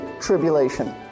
Tribulation